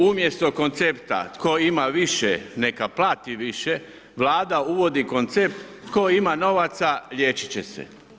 Umjesto koncepta „tko ima više, neka plati više“, Vladi uvodi koncept „tko ima novaca, liječit će se“